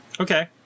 Okay